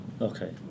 Okay